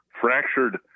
fractured